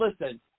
listen